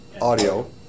audio